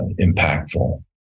impactful